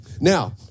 Now